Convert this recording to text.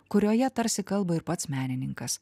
kurioje tarsi kalba ir pats menininkas